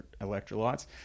electrolytes